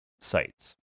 sites